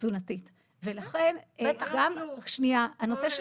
הנושא של